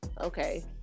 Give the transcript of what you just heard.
okay